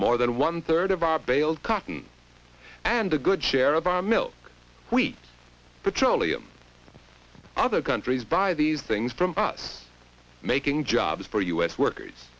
more than one third of our bales cotton and a good share of our milk wheat petroleum other countries buy these things from us making jobs for us workers